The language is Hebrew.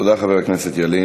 תודה, חבר הכנסת ילין.